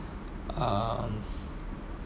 um